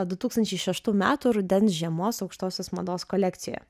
du tūkstančiai šeštų metų rudens žiemos aukštosios mados kolekcijoje